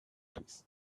trees